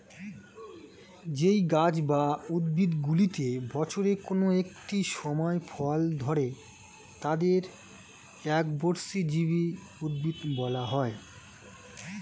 যেই গাছ বা উদ্ভিদগুলিতে বছরের কোন একটি সময় ফল ধরে তাদের একবর্ষজীবী উদ্ভিদ বলা হয়